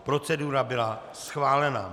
Procedura byla schválena.